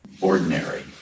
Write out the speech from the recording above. ordinary